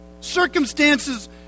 Circumstances